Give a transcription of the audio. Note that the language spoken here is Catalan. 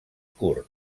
curt